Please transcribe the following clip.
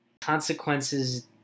Consequences